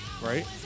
Right